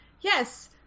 Yes